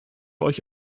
euch